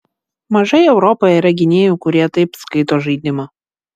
mažai europoje yra gynėjų kurie taip skaito žaidimą